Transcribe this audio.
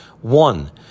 One